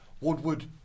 Woodward